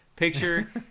picture